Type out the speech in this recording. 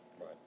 Right